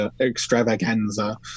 extravaganza